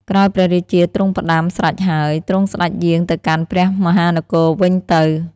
ក្រោយព្រះរាជាទ្រង់ផ្តាំស្រេចហើយ ទ្រង់សេ្តចយាងទៅកាន់ព្រះមហានគរវិញទៅ។